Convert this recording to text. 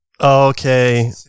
okay